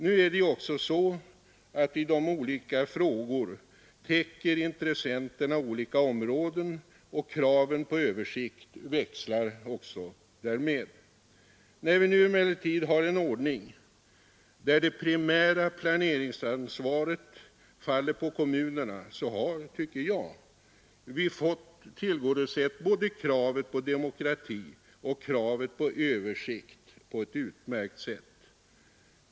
Nu är det ju också så att i olika frågor täcker intressenterna olika områden, och kraven på översikt växlar därmed. När vi nu emellertid har en ordning där det primära planeringsansvaret faller på kommunerna så har vi fått, tycker jag, både kravet på demokrati och kravet på översikt tillgodosedda på ett utmärkt sätt.